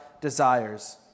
desires